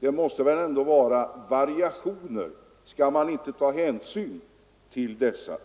Det måste väl ändå finnas variationer. Skall man inte ta hänsyn till detta.